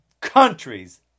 countries